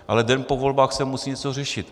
Ale den po volbách se musí něco řešit.